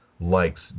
Likes